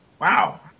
Wow